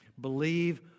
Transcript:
Believe